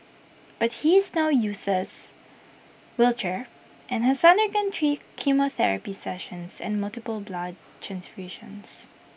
but he is now uses wheelchair and has undergone three chemotherapy sessions and multiple blood transfusions